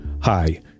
Hi